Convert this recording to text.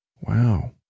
Wow